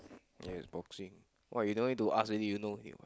yes boxing why you don't need to ask you know him